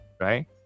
right